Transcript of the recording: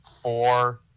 four